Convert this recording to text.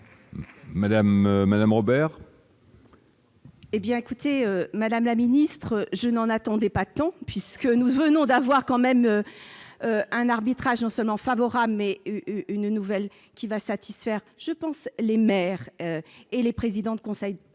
Madame Robert. Eh bien écoutez, madame la ministre, je n'en attendait pas tant puisque nous devenons d'avoir quand même un arbitrage en seulement favorable mais une nouvelle qui va satisfaire, je pense, les maires et les présidents de conseils